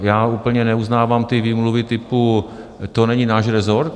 Já úplně neuznávám ty výmluvy typu: To není náš rezort.